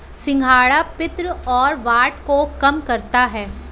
सिंघाड़ा पित्त और वात को कम करता है